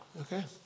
Okay